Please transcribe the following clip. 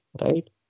right